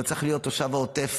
לא צריך להיות תושב העוטף